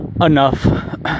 enough